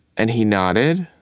and he nodded,